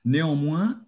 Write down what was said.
Néanmoins